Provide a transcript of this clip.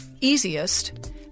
easiest